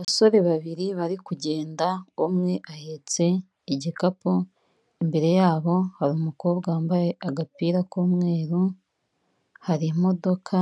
Abasore babiri bari kugenda umwe ahetse igikapu imbere yabo hari umukobwa wambaye agapira k'umweru hari imodoka